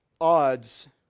odds